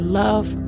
love